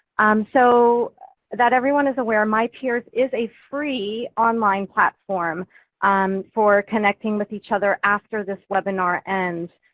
so that everyone is aware mypeers is a free online platform um for connecting with each other after this webinar ends.